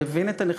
והבין את הנחיצות,